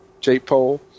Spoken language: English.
J-Pole